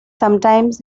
sometimes